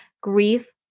grief